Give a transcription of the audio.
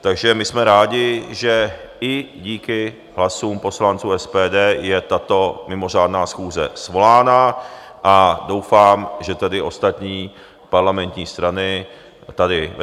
Takže my jsme rádi, že i díky hlasům poslanců SPD je tato mimořádná schůze svolána, a doufám, že tedy ostatní parlamentní strany tady ve